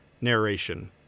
Narration